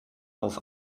auf